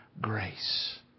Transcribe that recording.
grace